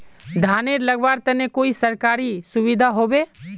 धानेर लगवार तने कोई सरकारी सुविधा होबे?